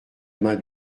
main